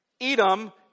Edom